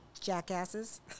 jackasses